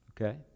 Okay